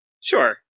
Sure